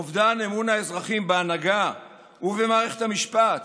אובדן אמון האזרחים בהנהגה ובמערכת המשפט